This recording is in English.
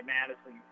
Madison